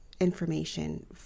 information